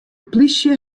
plysje